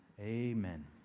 Amen